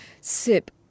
sip